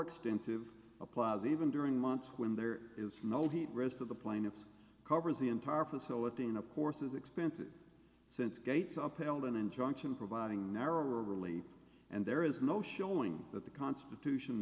extensive apply even during months when there is no heat risk of the plaintiff covers the entire facility and of course is expensive since gates appealed an injunction providing narrow relief and there is no showing that the constitution